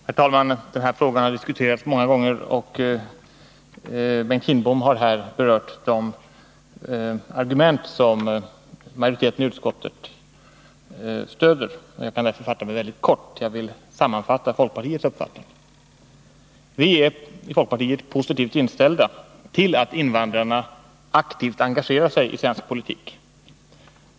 Herr talman! Den här frågan har diskuterats många gånger. Bengt Kindbom har här berört de argument som majoriteten i utskottet stöder sig på, och jag kan därför fatta mig mycket kort; jag vill sammanfatta folkpartiets uppfattning. Viäri folkpartiet positivt inställda till att invandrarna aktivt engagerar sig i svensk politik.